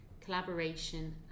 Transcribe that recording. collaboration